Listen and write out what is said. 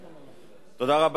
,